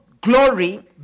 glory